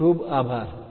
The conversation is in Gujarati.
ખુબ ખુબ આભાર